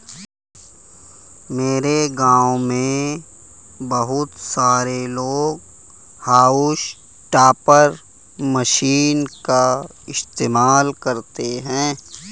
मेरे गांव में बहुत सारे लोग हाउस टॉपर मशीन का इस्तेमाल करते हैं